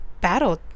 battle